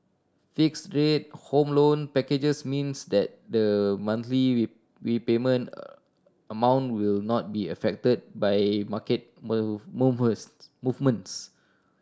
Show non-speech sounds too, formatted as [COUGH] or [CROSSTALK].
fixed rate Home Loan packages means that the monthly [UNINTELLIGIBLE] repayment [HESITATION] amount will not be affected by market [UNINTELLIGIBLE] movements